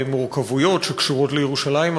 במורכבויות שקשורות לירושלים,